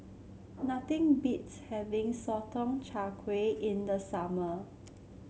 nothing beats having Sotong Char Kway in the summer